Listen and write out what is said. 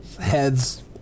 heads